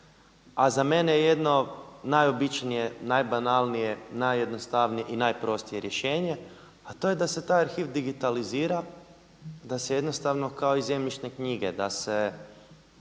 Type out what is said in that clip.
a za mene je jedno najobičnije, najbanalnije, najjednostavnije i najprostije rješenje a to je da se taj arhiv digitalizira, da se jednostavno kao i zemljišne knjige da se